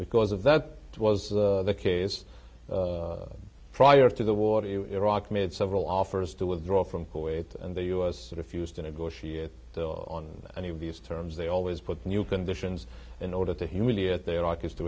because of that was the case prior to the war in iraq made several offers to withdraw from kuwait and the us refused to negotiate on any of these terms they always put new conditions in order to humiliate the iraq as to